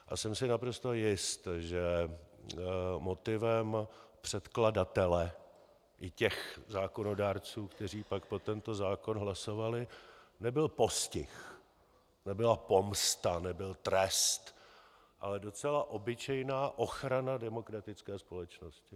A jsem si naprosto jist, že motivem předkladatele i těch zákonodárců, kteří pak pro tento zákon hlasovali, nebyl postih, nebyla pomsta, nebyl trest, ale docela obyčejná ochrana demokratické společnosti.